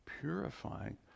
purifying